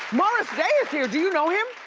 morris day is here, do you know him?